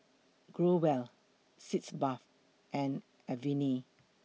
Growell Sitz Bath and Avene